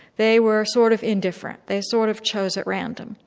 they were sort of indifferent, they sort of chose at random.